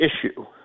issue